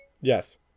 Yes